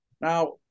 Now